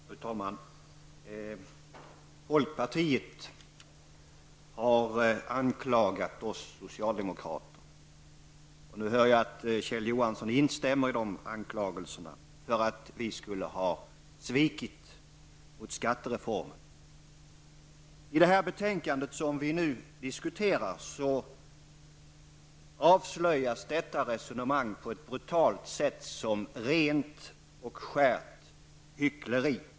Fru talman! Folkpartiet har anklagat oss socialdemokrater -- nu hör jag att Kjell Johansson instämmer i dessa anklagelser -- för att vi skulle ha svikit skattereformen. I det betänkande som vi nu diskuterar avslöjas detta resonemang på ett brutalt sätt som rent och skärt hyckleri.